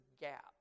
gap